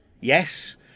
Yes